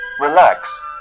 Relax